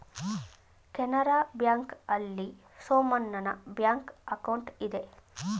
Canara bank ಆಲ್ಲಿ ಸೋಮಣ್ಣನ bank account ಇದೆ